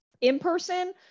in-person